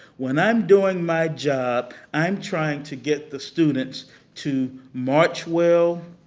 when i'm doing my job, i'm trying to get the students to march well,